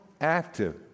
active